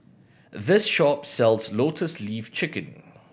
this shop sells Lotus Leaf Chicken